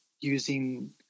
using